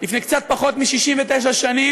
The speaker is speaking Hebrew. לפני קצת פחות מ-69 שנים.